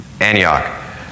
Antioch